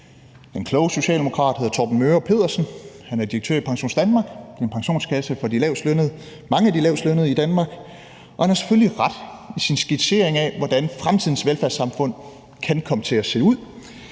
Den kloge socialdemokrat hedder Torben Möger Pedersen. Han er direktør i PensionDanmark, en pensionskasse for mange af de lavestlønnede i Danmark. Og han har selvfølgelig ret i sin skitsering af, hvordan fremtidens velfærdssamfund kan komme til at se ud.